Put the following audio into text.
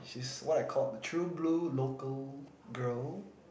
she is what I called the true blue local girl